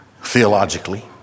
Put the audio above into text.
theologically